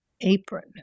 apron